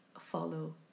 follow